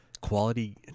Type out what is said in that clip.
quality